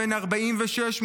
בן 46,